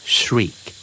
shriek